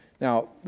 Now